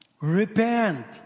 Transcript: Repent